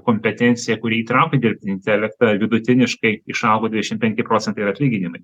kompetencija kuri įtraukia dirbtinį intelektą vidutiniškai išaugo dvidešim penki procentai ir atlyginimai